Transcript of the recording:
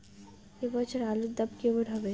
এ বছর আলুর দাম কেমন হবে?